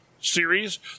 series